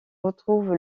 retrouve